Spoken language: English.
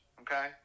okay